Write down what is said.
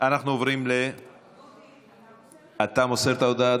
אתה מוסר את ההודעה,